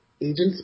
agent's